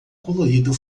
colorido